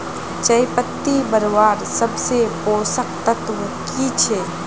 चयपत्ति बढ़वार सबसे पोषक तत्व की छे?